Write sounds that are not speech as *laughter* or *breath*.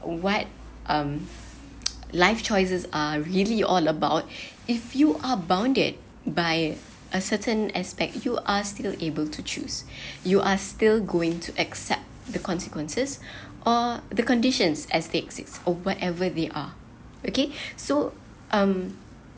what um *noise* life choices are really all about *breath* if you are bounded by a certain aspect you are still able to choose *breath* you are still going to accept the consequences *breath* or the conditions as they exist or whatever they are okay *breath* so um